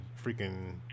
freaking